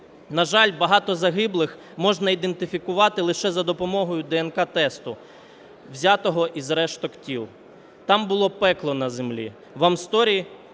На жаль, багато загиблих можна ідентифікувати лише за допомогою ДНК-тесту, взятого із решток тіл. Там було пекло на землі, в Амсторі